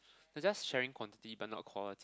they are just sharing quantity but not quality